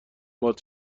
باهات